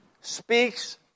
speaks